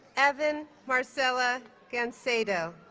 evan marcela gancedo